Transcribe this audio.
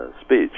speech